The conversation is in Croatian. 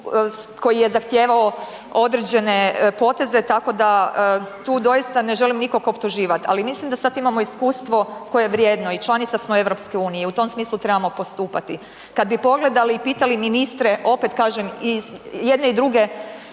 koji je zahtijevao određene poteze, tako da tu doista ne želim nikog optuživati ali mislim da sad imamo iskustvo koje je vrijedno i članica smo EU-a i u tom smislu trebamo postupati. Kad bi pogledali i pitali ministre, opet kažem i jedne druge